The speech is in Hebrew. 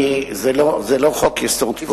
זה לא חוק-יסוד.